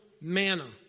Manna